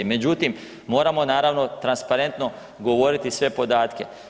Međutim, moramo naravno transparentno govoriti sve podatke.